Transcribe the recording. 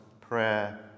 prayer